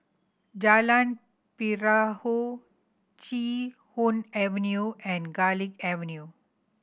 Jalan Perahu Chee Hoon Avenue and Garlick Avenue